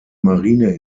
marine